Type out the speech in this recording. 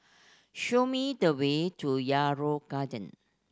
show me the way to Yarrow Garden